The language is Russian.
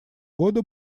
года